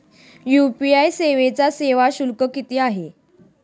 UPI सेवेचा सेवा शुल्क किती आहे?